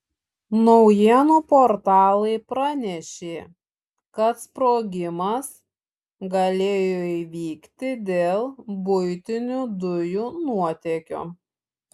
naujienų portalai pranešė kad sprogimas galėjo įvykti dėl buitinių dujų nuotėkio